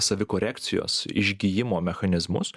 savikorekcijos išgijimo mechanizmus